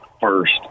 first